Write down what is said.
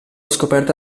scoperta